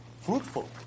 fruitful